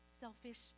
Selfish